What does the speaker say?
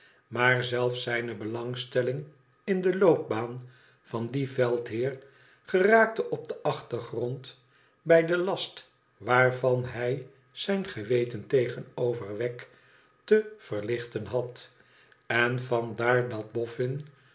maar zelfs zijne belangstelling in de loopbaan van dien veldheer geraakte op den achtergrond bij den last waarvan hij zijn geweten tegenover wegg te verlichten had en vandaar dat